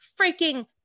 freaking